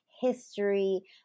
History